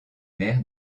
mère